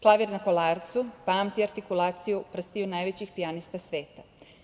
Klavir na Kolarcu pamti artikulaciju prstiju najvećih pijanista sveta.